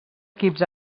equips